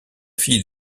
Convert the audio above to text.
fille